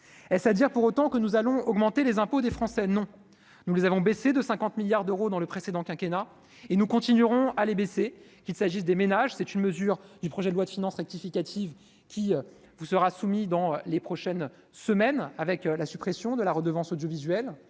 est-ce à dire pour autant que nous allons augmenter les impôts des Français non, nous les avons baissé de 50 milliards d'euros dans le précédent quinquennat et nous continuerons à les baisser, qu'il s'agisse des ménages, c'est une mesure du projet de loi de finances rectificative qui vous sera soumis dans les prochaines semaines avec la suppression de la redevance audiovisuelle,